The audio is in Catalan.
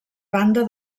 banda